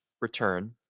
return